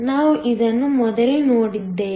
ನಾವು ಇದನ್ನು ಮೊದಲು ನೋಡಿದ್ದೇವೆ